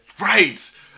Right